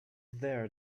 there